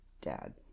dad